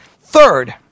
Third